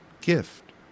gift